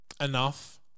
enough